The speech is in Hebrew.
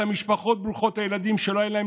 את המשפחות ברוכות הילדים שלא יהיה להן